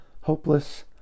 hopeless